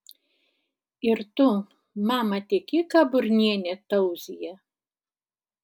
ir tu mama tiki ką burnienė tauzija